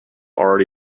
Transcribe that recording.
already